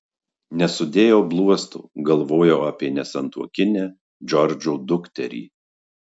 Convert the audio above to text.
nesudėjau bluosto galvojau apie nesantuokinę džordžo dukterį